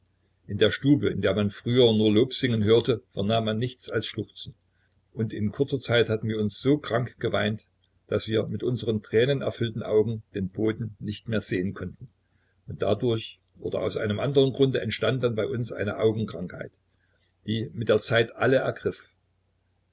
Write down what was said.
in der stube in der man früher nur lobsingen hörte vernahm man nichts als schluchzen und in kurzer zeit hatten wir uns so krank geweint daß wir mit unseren tränenerfüllten augen den boden nicht mehr sehen konnten und dadurch oder aus einem anderen grunde entstand dann bei uns eine augenkrankheit die mit der zeit alle ergriff